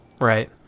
Right